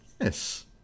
Yes